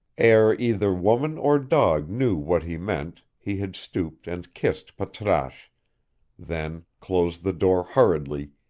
ere either woman or dog knew what he meant he had stooped and kissed patrasche then closed the door hurriedly,